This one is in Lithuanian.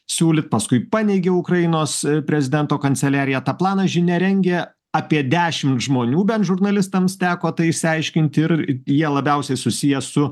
siūlyt paskui paneigė ukrainos prezidento kanceliarija tą planą žinia rengia apie dešim žmonių bet žurnalistams teko tai išsiaiškint ir jie labiausiai susiję su